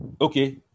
Okay